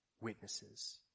witnesses